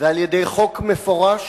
ועל-ידי חוק מפורש,